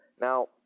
Now